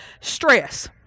stress